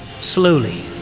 Slowly